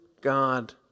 God